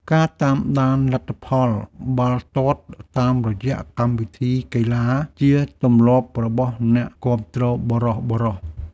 ការតាមដានលទ្ធផលបាល់ទាត់តាមរយៈកម្មវិធីកីឡា ជាទម្លាប់របស់អ្នកគាំទ្របុរសៗ។